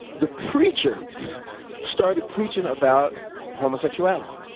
the preacher started preaching about homosexuality.